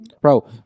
bro